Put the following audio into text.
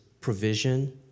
provision